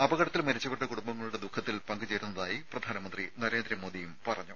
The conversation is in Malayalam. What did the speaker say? അപകടത്തിൽ മരിച്ചവരുടെ കുടുംബങ്ങളുടെ ദുഃഖത്തിൽ പങ്ക് ചേരുന്നതായി പ്രധാനമന്ത്രി നരേന്ദ്രമോദി പറഞ്ഞു